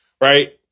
right